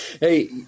Hey